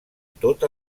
tot